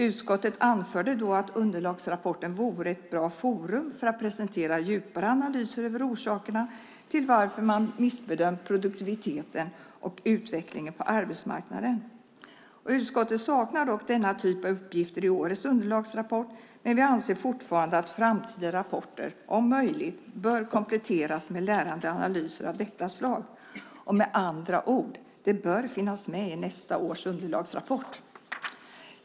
Utskottet anförde då att underlagsrapporten vore ett bra forum för att presentera djupare analyser över orsakerna till varför man missbedömt produktiviteten och utvecklingen på arbetsmarknaden. Utskottet saknar dock denna typ av uppgifter i årets underlagsrapport, men vi anser fortfarande att framtida rapporter, om möjligt, bör kompletteras med lärande analyser av detta slag. Med andra ord: Det bör finnas med i nästa års underlagsrapport!